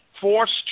forced